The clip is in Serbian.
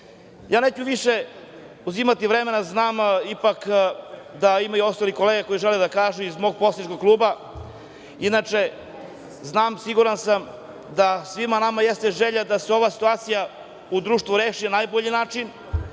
neću više uzimati vremena, znam ipak da ima i ostalih kolega koje žele da kažu iz mog poslaničkog kluba. Inače, znam, siguran sam da svima nama jeste želja da se ova situacija u društvu reši na najbolji način.